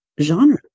genre